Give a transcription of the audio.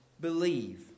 believe